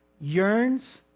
yearns